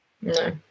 no